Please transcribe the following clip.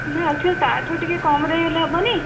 ନା ଆକ୍ଚୁଆଲି ତାଠୁ ଟିକିଏ କମରେ ହେଲେ ହେବନି